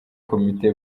komite